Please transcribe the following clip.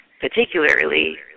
particularly